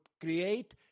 create